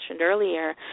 earlier